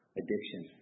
addiction